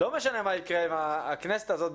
לא משנה מה יקרה עם הכנסת הזאת,